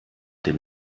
dem